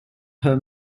her